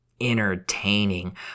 entertaining